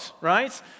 right